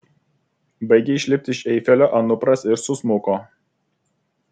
baigė išlipti iš eifelio anupras ir susmuko